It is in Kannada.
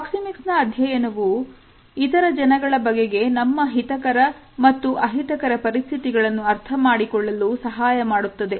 ಪ್ರಾಕ್ಸಿಮಿಕ್ಸ್ ನಾ ಅಧ್ಯಯನವು ಇತರ ಜನಗಳ ಬಗೆಗೆ ನಮ್ಮ ಹಿತಕರ ಮತ್ತು ಅಹಿತಕರ ಪರಿಸ್ಥಿತಿಗಳನ್ನು ಅರ್ಥಮಾಡಿಕೊಳ್ಳಲು ಸಹಾಯ ಮಾಡುತ್ತದೆ